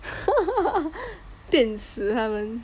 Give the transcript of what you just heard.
电死他们